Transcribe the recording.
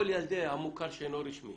כל ילדי המוכר שאינו רשמי